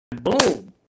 Boom